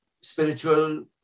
spiritual